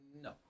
No